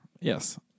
Yes